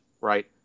right